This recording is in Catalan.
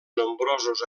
nombrosos